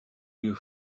you